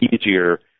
easier